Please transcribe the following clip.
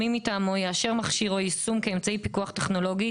מי מטעמו יאשר מכשיר או יישום כאמצעי פיקוח טכנולוגי,